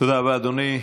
תודה רבה, אדוני.